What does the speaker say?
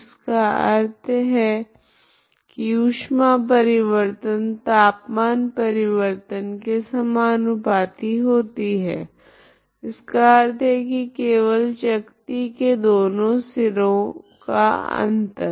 इसका अर्थ है की ऊष्मा परिवर्तन तापमान परिवर्तन के समानुपाती होती है इसका अर्थ है की केवल चकती के दोनों सिरों का अंतर